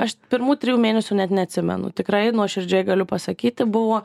aš pirmų trijų mėnesių net neatsimenu tikrai nuoširdžiai galiu pasakyti buvo